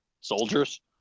soldiers